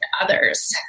others